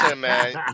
man